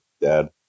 dad